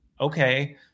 Okay